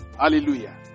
Hallelujah